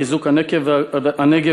חיזוק הנגב והגליל,